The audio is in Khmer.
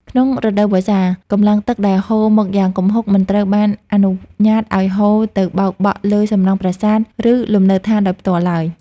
ក្នុងរដូវវស្សា កម្លាំងទឹកដែលហូរមកយ៉ាងគំហុកមិនត្រូវបានអនុញ្ញាតឱ្យហូរទៅបោកបក់លើសំណង់ប្រាសាទ ឬលំនៅដ្ឋានដោយផ្ទាល់ឡើយ។